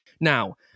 Now